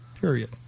period